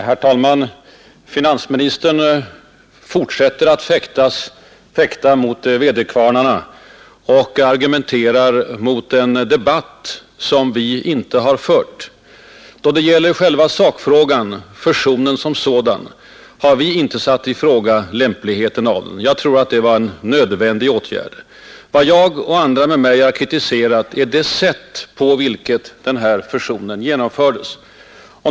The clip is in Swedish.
Herr talman! Finansministern fortsätter att fäkta mot väderkvarnarna och argumenterar mot en debatt som vi inte har fört. Då det gäller själva sakfrågan, fusionen som sådan, har vi inte satt i fråga lämpligheten. Jag tror att det var en nödvändig åtgärd. Vad jag och andra med mig har kritiserat är det sätt på vilket fusionen genomfördes.